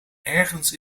ergens